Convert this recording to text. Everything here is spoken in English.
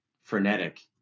frenetic